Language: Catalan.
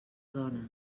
dona